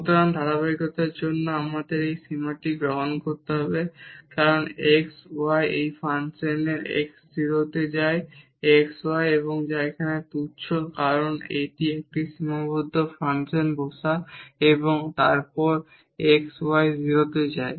সুতরাং ধারাবাহিকতার জন্য আমাদের এই সীমাটি গ্রহণ করতে হবে কারণ x y এই ফাংশনের x 0 তে যায় x y এবং যা এখানে তুচ্ছ কারণ এটি একটি সীমাবদ্ধ ফাংশন বসা এবং তারপর x y 0 তে যায়